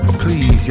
please